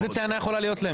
איזו טענה יכולה להיות להם?